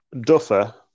Duffer